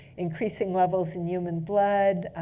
increasing levels in human blood.